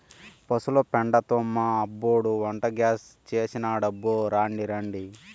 పశుల పెండతో మా అబ్బోడు వంటగ్యాస్ చేసినాడబ్బో రాండి రాండి